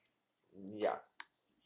yeah